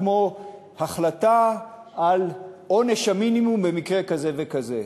החלטה על עונש מינימום במקרה כזה וכזה.